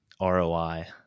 ROI